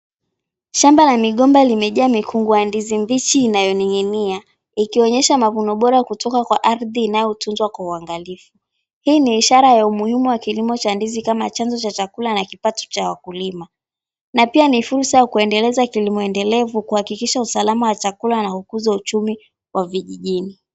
Shamba la migomba limejaa mikungu ya ndizi mbichi inayoning'inia. Ikionyesha mavuno bora kutoka kwa ardhi inayotunzwa kwa uangalifu. Hii ni ishara ya umuhimu wa kilimo cha ndizi kama chanzo cha chakula na kipato cha wakulima, na pia ni fursa ya kuendeleza kilimo elindelevu kuhakikisha usalama wa chakula na ukuzi wa uchumi wa vijijini.